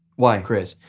why? chris.